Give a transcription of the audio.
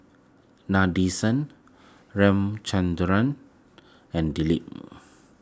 Nadesan and Dilip